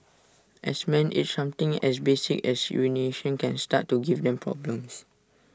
as men age something as basic as urination can start to give them problems